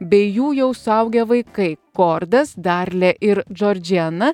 bei jų jau suaugę vaikai kordas darlė ir džordžiana